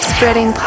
Spreading